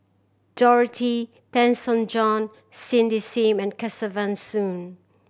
Dorothy Tessensohn Cindy Sim and Kesavan Soon